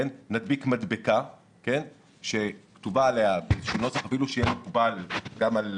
נדביק מדבקה בנוסח שיהיה מקובל גם על